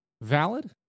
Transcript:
valid